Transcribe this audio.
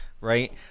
Right